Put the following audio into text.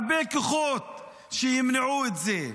הרבה כוחות שימנעו את זה,